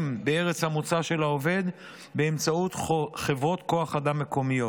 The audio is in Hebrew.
בארץ המוצא של העובד באמצעות חברות כוח אדם מקומיות.